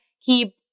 keep